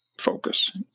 focus